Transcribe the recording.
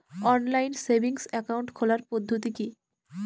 Online savings account খোলার পদ্ধতি কি?